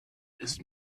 ist